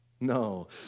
no